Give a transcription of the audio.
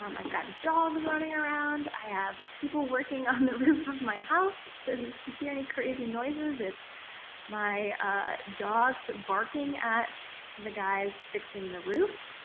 um i've got dogs running around, i have people working on the roof of my house so if you hear any crazy noises it's my ah dogs barking at the guys fixing the roof.